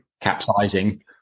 capsizing